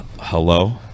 hello